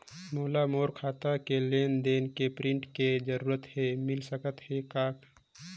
मोला मोर खाता के लेन देन के प्रिंट के जरूरत हे मिल सकत हे का?